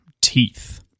teeth